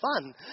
fun